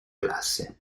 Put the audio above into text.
classe